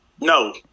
No